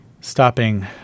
stopping